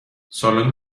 سالن